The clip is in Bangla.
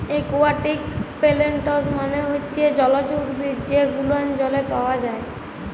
একুয়াটিক পেলেনটস মালে হচ্যে জলজ উদ্ভিদ যে গুলান জলে পাওয়া যায়